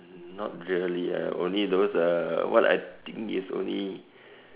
mm not really leh only those uh what I think is only